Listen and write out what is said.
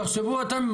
ותחשבו אתם,